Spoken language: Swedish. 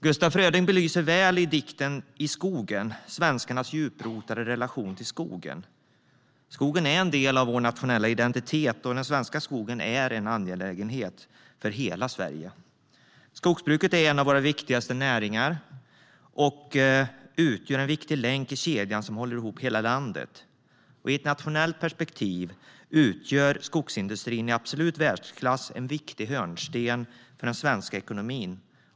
Gustaf Fröding belyser väl i dikten I skogen svenskarnas djuprotade relation till skogen. Skogen är en del av vår nationella identitet. Den svenska skogen är en angelägenhet för hela Sverige. Skogsbruket är en av våra viktigaste näringar och utgör en viktig länk i den kedja som håller ihop hela landet. I ett nationellt perspektiv utgör en skogsindustri i absolut världsklass en viktig hörnsten för den svenska ekonomin.